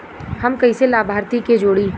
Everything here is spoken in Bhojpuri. हम कइसे लाभार्थी के जोड़ी?